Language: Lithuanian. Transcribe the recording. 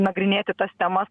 nagrinėti tas temas